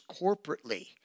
corporately